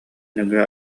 нөҥүө